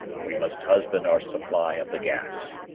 we must husband our supply of the gas,